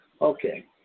Okay